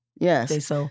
Yes